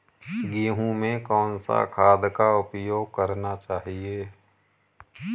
गेहूँ में कौन सा खाद का उपयोग करना चाहिए?